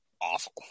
awful